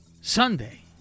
Sunday